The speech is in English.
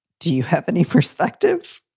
do you have any perspective?